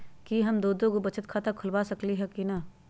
कि हम दो दो गो बचत खाता खोलबा सकली ह की न?